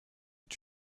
est